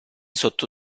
sotto